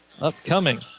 upcoming